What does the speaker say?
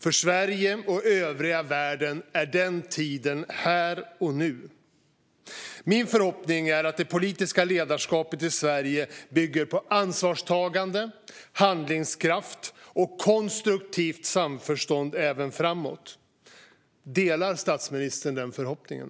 För Sverige och övriga världen är den tiden här och nu. Min förhoppning är att det politiska ledarskapet i Sverige bygger på ansvarstagande, handlingskraft och konstruktivt samförstånd även framåt. Delar statsministern den förhoppningen?